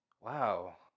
wow